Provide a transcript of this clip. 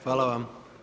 Hvala vam.